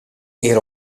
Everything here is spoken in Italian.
era